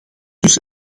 dus